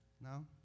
No